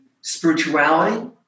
spirituality